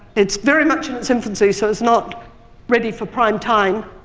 it's very much in its infancy, so it's not ready for prime time.